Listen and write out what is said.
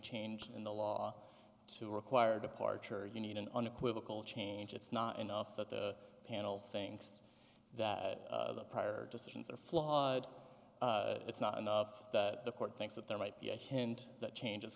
change in the law to require departure you need an unequivocal change it's not enough that the panel thinks that the prior decisions are flawed it's not enough that the court thinks that there might be a hint that change